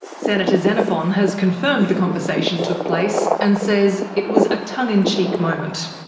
senator xenophon has confirmed the conversation took place and says it was a tongue in cheek moment.